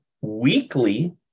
weekly